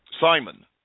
Simon